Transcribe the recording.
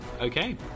Okay